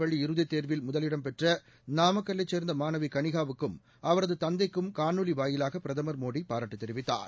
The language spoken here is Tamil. பள்ளி இறுதித் தேர்வில் முதலிடம் பெற்ற நாமக்கல்லைச் சேர்ந்த மாணவி கனிகாவுக்கும் அவரது தந்தைக்கும் காணொலி வாயிலாக பிரதமர் மோடி பாராட்டு தெரிவித்தார்